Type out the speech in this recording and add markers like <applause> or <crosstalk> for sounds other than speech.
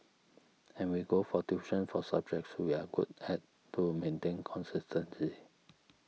<noise> and we go for tuition for subjects we are good at to maintain consistency